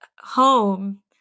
home